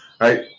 right